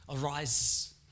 arises